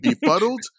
befuddled